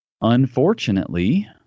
unfortunately